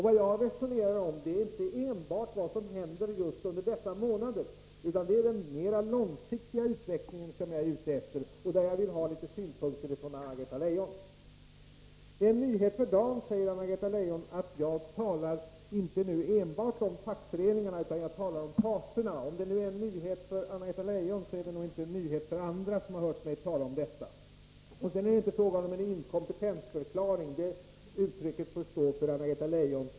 Vad jag resonerar om är inte enbart vad som händer under just dessa månader. Det är den mera långsiktiga utvecklingen som jag är ute efter, och där jag vill ha litet synpunkter från Anna-Greta Leijon. Det är en nyhet för dagen, säger Anna-Greta Leijon, att jag inte enbart talar om fackföreningarna utan också om parterna. Om det är en nyhet för Anna-Greta Leijon, är det nog inte en nyhet för andra som har hört mig tala om detta. Det är inte fråga om en inkompetensförklaring. Det uttrycket får stå för Anna-Greta Leijon.